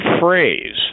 phrase